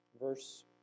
Verse